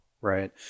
right